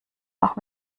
auch